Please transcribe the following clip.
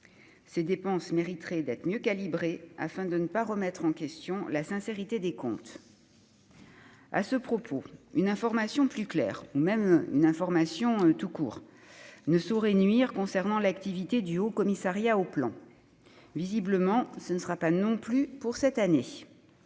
Les dépenses du SIG mériteraient d'être mieux calibrées afin que l'on ne puisse pas remettre en question la sincérité des comptes. À ce propos, une information plus claire- et même une information tout court -ne saurait nuire concernant l'activité du Haut-Commissariat au plan. Visiblement, ce ne sera pas non plus pour cette année